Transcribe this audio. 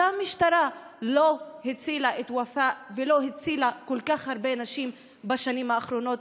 אותה משטרה לא הצילה את ופאא ולא הצילה כל כך הרבה נשים בשנים האחרונות,